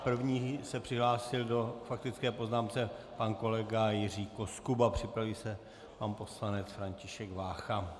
První se přihlásil k faktické poznámce pan kolega Jiří Koskuba, připraví se pan poslanec František Vácha.